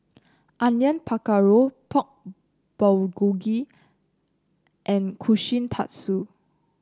Onion Pakora Pork Bulgogi and Kushikatsu